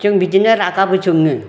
जों बिदिनो रागाबो जोङो